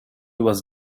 was